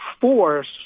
force